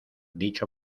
dicho